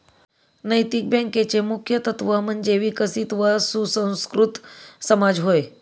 नैतिक बँकेचे मुख्य तत्त्व म्हणजे विकसित व सुसंस्कृत समाज होय